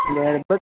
बरं बघ